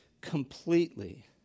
completely